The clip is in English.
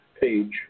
page